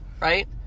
right